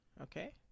okay